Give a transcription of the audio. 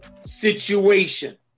situation